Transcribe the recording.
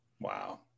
Wow